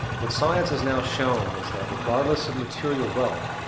what science has now shown is that regardless of material wealth.